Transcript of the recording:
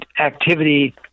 activity